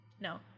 no